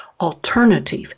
alternative